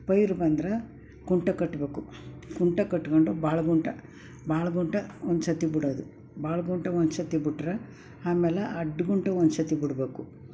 ಪೈರ್ ಬಂದ್ರೆ ಕುಂಟೆ ಕಟ್ಟಬೇಕು ಕುಂಟೆ ಕಟ್ಟಿಕೊಂಡು ಭಾಳ ಗುಂಟ ಭಾಳ ಗುಂಟ ಒಂದ್ಸರ್ತಿ ಬಿಡೋದು ಭಾಳ ಗುಂಟ ಒಂದ್ಸರ್ತಿ ಬಿಟ್ರೆ ಆಮೇಲೆ ಅಡಿ ಗಂಟ ಒಂದ್ಸರ್ತಿ ಬಿಡ್ಬೇಕು